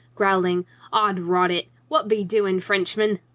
growling od rot it! what be doing, frenchman?